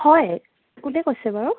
হয় কোনে কৈছে বাৰু